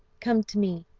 come to me!